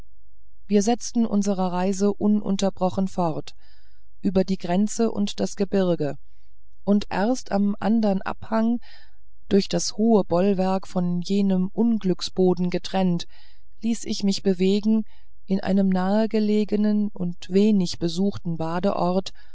wir setzten unsre reise ununterbrochen fort über die grenze und das gebirg und erst am andern abhang durch das hohe bollwerk von jenem unglücksboden getrennt ließ ich mich bewegen in einem nah gelegenen und wenig besuchten badeort